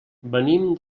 venim